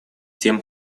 тем